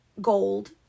gold